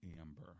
Amber